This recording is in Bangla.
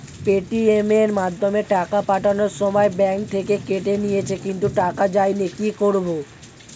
পেটিএম এর মাধ্যমে টাকা পাঠানোর সময় ব্যাংক থেকে কেটে নিয়েছে কিন্তু টাকা যায়নি কি করব?